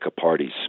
parties